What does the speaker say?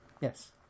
yes